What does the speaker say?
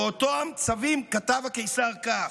באותם צווים כתב הקיסר כך: